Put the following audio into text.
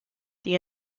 the